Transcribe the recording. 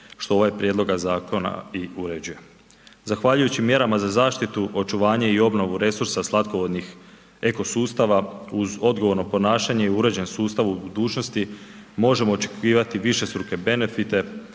što ovaj prijedlog zakona i uređuje. Zahvaljujući mjerama za zaštitu, očuvanje i obnovu resursa slatkovodnih eko sustava uz odgovorno ponašanja i uređen sustav u budućnosti možemo očekivati višestruke benefite,